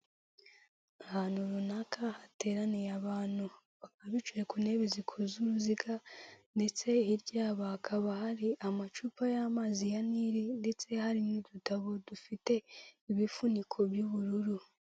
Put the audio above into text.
Ahantu runaka hateraniye abantu, bakaba bicaye ku ntebe zikoze uruziga ndetse hirya yabo hakaba hari amacupa y'amazi ya Nile ndetse hari n'udutabo dufite ibifuniko by'ubururu.